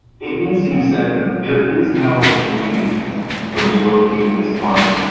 it needs to be said, though, there is no agreement to relocate this parking.